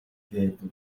гээд